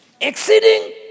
Exceeding